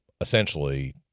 essentially